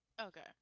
okay